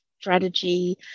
strategy